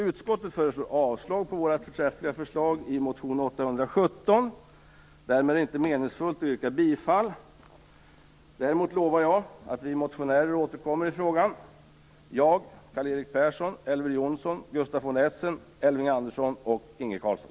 Utskottet föreslår avslag på vårt förträffliga förslag i motion A817, och därmed är det inte meningsfullt att yrka bifall till den. Däremot lovar jag att vi motionärer återkommer i frågan, och det är jag, Karl-Erik Persson, Elver Jonsson, Gustaf von